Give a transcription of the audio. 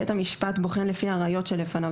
זה הליך אזרחי בית המשפט בוחן לפי הראיות שלפניו.